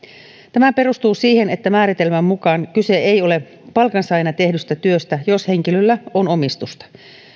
tämä perustuu siihen että määritelmän mukaan kyse ei ole palkansaajana tehdystä työstä jos henkilöllä on omistusta